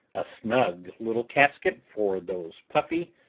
a snug little casket for those puffy,